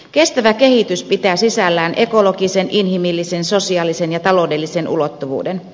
kestävä kehitys pitää sisällään ekologisen inhimillisen sosiaalisen ja taloudellisen ulottuvuuden